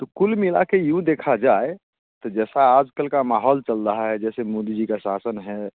तो कुल मिलाके यूँ देखा जाए तो जैसा आजकल का माहौल चल रहा है जैसे मोदी जी का शासन है